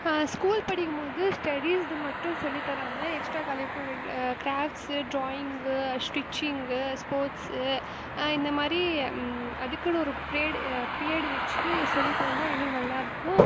school படிக்கும் போது ஸ்டடீஸ்து மட்டும் சொல்லித் தராமல் extracurricular crafts drawing stitching sports இந்தமாதிரி அதுக்குனு ஒரு ப்ரீடு பிரியடு வெச்சு சொல்லித் தந்தால் இன்னும் நல்லாருக்கும்